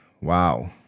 Wow